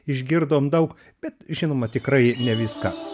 išgirdom daug bet žinoma tikrai ne viską